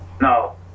No